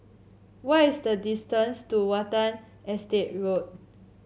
what is the distance to Watten Estate Road